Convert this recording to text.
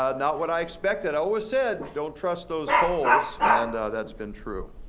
ah not what i expected. i always said, don't trust those polls, and that's been true.